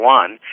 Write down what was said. one